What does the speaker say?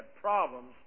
problems